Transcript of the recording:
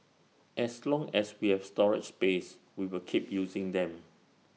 as long as we have storage space we will keep using them